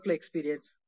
experience